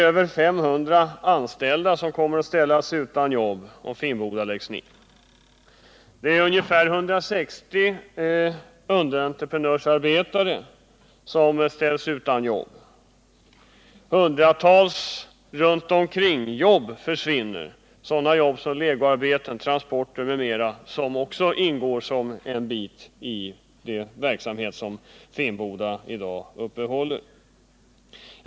Över 500 anställda kommer att ställas utan jobb, om Finnboda läggs ned, och till det kommer ungefär 160 underentreprenörsarbetare. Hundratals runtomkringjobb försvinner också — sådana jobb som legoarbeten, transporter m.m. som också ingår som en bit i den verksamhet som Finnboda i dag uppehåller.